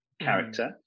character